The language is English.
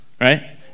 Right